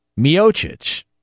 Miocic